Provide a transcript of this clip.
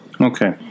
Okay